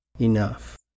enough